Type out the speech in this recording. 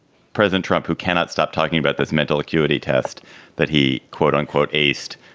president trump who cannot stop talking about this mental acuity test that he, quote unquote, aced.